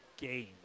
game